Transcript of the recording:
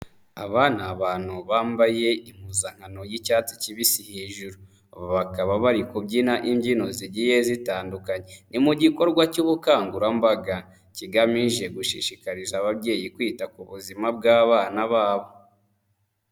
Aba ni abantu bambaye impuzankano y'icyatsi kibisi hejuru. Aba bakaba bari kubyina imbyino zigiye zitandukanye, ni mu gikorwa cy'ubukangurambaga kigamije gushishikariza ababyeyi kwita ku buzima bw'abana babo.